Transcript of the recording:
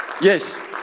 yes